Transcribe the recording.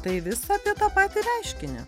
tai vis apie tą patį reiškinį